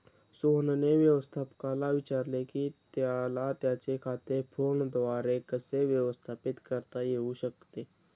सोहनने व्यवस्थापकाला विचारले की त्याला त्याचे खाते फोनद्वारे कसे व्यवस्थापित करता येऊ शकते